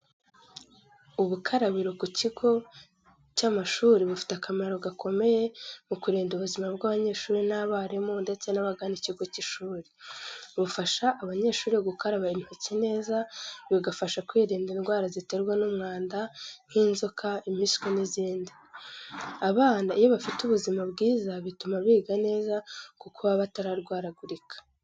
Ubukarabiro ku kigo cy’amashuri bufite akamaro gakomeye mu kurinda ubuzima bw’abanyeshuri n’abarimu ndetse n'abagana ikigo cy'ishuri, bufasha abanyeshuri gukaraba intoki neza, bigafasha kwirinda indwara ziterwa n’umwanda nk’inzoka, impiswi n’izindi. Abana iyo bafite buzima bwiza bituma biga neza kuko baba batarwaragurika.